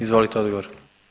Izvolite odgovor.